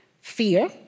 fear